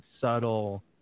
subtle